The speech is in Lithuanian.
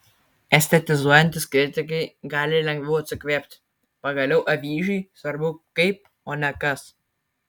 estetizuojantys kritikai gali lengviau atsikvėpti pagaliau avyžiui svarbiau kaip o ne kas